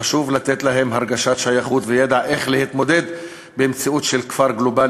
חשוב לתת להם הרגשת שייכות וידע איך להתמודד במציאות של כפר גלובלי,